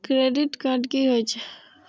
Credit card की होई छै?